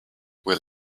will